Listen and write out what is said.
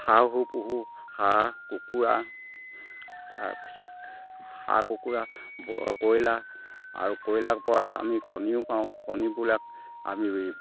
হাঁহো পুহো হাঁহ কুকুৰা তাৰপিছত হাঁহ কুকুৰা কইলা আৰু কইলাৰ পৰা আমি কণীও পাওঁ কণীবিলাক আমি